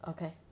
Okay